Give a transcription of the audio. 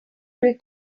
will